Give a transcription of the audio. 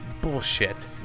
Bullshit